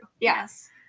Yes